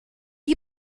you